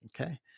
okay